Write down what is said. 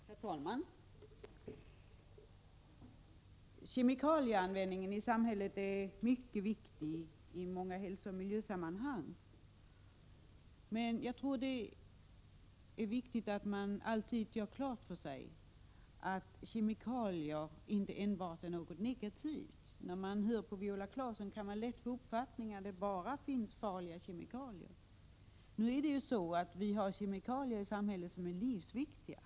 Herr talman! Frågan om kemikalieanvändningen i samhället är mycket viktig i många hälsooch miljösammanhang. Jag tror emellertid att man måste ha klart för sig att kemikalier inte enbart är någonting negativt — av Viola Claesson kan man lätt få uppfattningen att det bara finns farliga kemikalier. Det finns kemikalier i samhället som är livsviktiga.